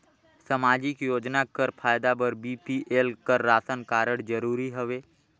समाजिक योजना कर फायदा बर बी.पी.एल कर राशन कारड जरूरी हवे?